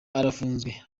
arafunzwe